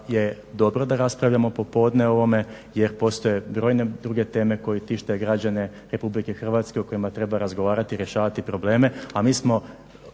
je dobro da raspravljamo popodne o ovome jer postoje brojne druge teme koje tište građane Republike Hrvatske, o kojima treba razgovarati i rješavati probleme,